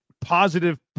positive